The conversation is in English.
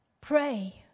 pray